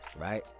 right